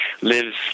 lives